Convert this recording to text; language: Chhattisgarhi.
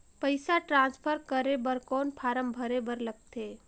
पईसा ट्रांसफर करे बर कौन फारम भरे बर लगथे?